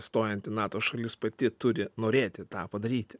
stojant į nato šalis pati turi norėti tą padaryti